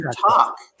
talk